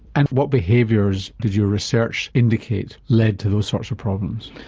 and what behaviours did your research indicate led to those sorts of problems?